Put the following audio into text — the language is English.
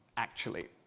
actually?